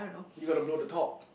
you gotta blow the top